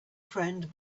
friend